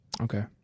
Okay